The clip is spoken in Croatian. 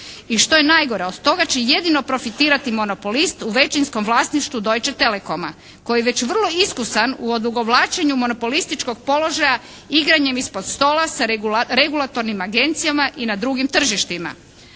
I što je najgore od toga će jedino profitirati monopolist u većinskom vlasništvu "Deutsche telekoma" koji je već vrlo iskusan u odugovlačenju monopolističkog položaja igranjem ispod stola sa regulatornim agencijama i na drugim tržištima.